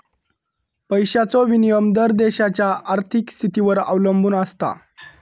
पैशाचो विनिमय दर देशाच्या आर्थिक स्थितीवर अवलंबून आसता